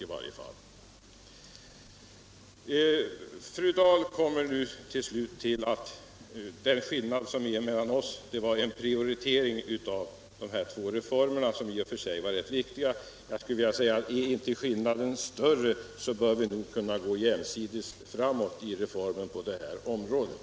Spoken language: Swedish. Fru Dahl kom fram till att skillnaderna mellan oss gäller prioriteringen av de här två reformerna som i och för sig är rätt viktiga. Jag skulle vilja säga att är inte skillnaden större bör vi nog kunna gå jämsides framåt när det gäller reformer på det här området.